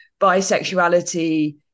bisexuality